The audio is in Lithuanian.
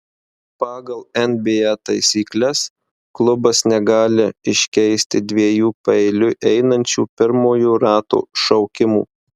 pagal nba taisykles klubas negali iškeisti dviejų paeiliui einančių pirmojo rato šaukimų